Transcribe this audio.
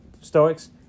Stoics